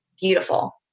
Beautiful